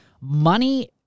money